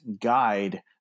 guide